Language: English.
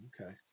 Okay